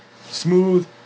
smooth